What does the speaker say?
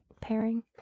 pairing